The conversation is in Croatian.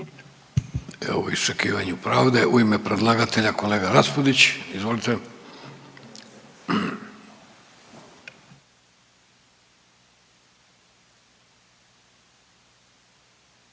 Evo u iščekivanju pravde u ime predlagatelja kolega Raspudić, izvolite.